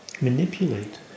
manipulate